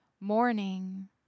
morning